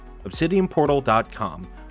ObsidianPortal.com